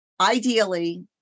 Ideally